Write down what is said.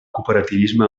cooperativisme